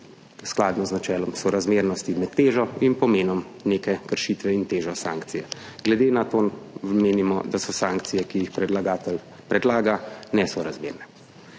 skladu z načelom sorazmernosti med težo in pomenom neke kršitve in težo sankcije. Glede na to menimo, da so sankcije, ki jih predlagatelj predlaga, nesorazmerne.